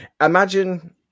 Imagine